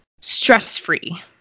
stress-free